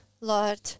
Lord